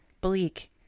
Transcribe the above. Bleak